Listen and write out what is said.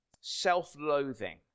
Self-loathing